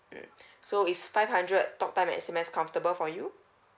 mm so is five hundred talk time and S_M_S comfortable for you